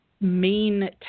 main